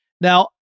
Now